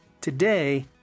Today